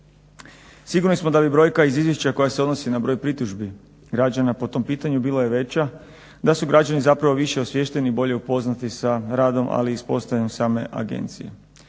Sigurni smo da bi brojka iz izvješća koja se odnosi na broj pritužbi građana po tom pitanju bila i veća da su građani zapravo više osviješteni, bolje upoznati sa radom, ali i uspostavljanjem same agencije.